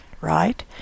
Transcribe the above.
right